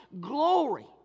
glory